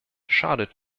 schadet